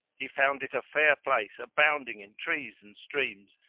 he found it a fair place abounding in trees and streams,